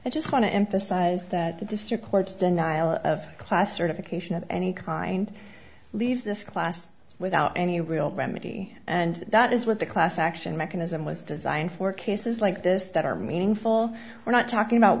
i just want to emphasize that the district court's denial of class certification of any kind leaves this class without any real remedy and that is what the class action mechanism was designed for cases like this that are meaningful we're not talking about